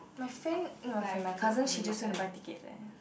my friend not my friend my cousin she just want to buy ticket there